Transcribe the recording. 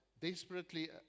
desperately